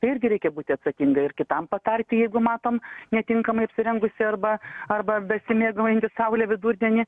irgi reikia būti atsakinga ir kitam patarti jeigu matom netinkamai apsirengusį arba arba besimėgaujantį saule vidurdienį